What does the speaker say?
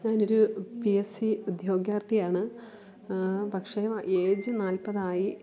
ഞാനൊരു P S C ഉദ്യോഗാർത്ഥിയാണ് പക്ഷേ എയ്ജ് നാൽപ്പതായി